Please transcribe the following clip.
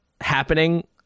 happening